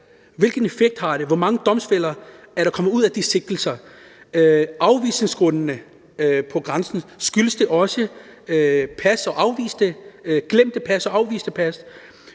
Hvilken effekt har det? Hvor mange domfældelser er der kommet ud af de sigtelser? Hvad er afvisningsgrundene ved grænsen – er det også glemte pas og afviste pas?